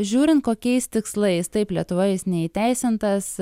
žiūrint kokiais tikslais taip lietuvoje jis neįteisintas